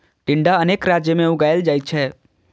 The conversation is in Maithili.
टिंडा अनेक राज्य मे उगाएल जाइ छै